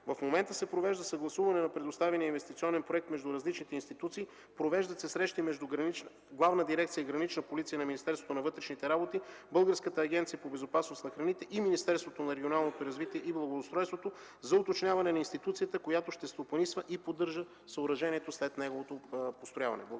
В момента се провежда съгласуване на предоставения инвестиционен проект между различните институции, провеждат се срещи между Главна дирекция „Гранична полиция” на Министерството на вътрешните работи, Българската агенция по безопасност на храните и Министерството на регионалното развитие и благоустройството за уточняване на институцията, която ще стопанисва и поддържа съоръжението след неговото построяване.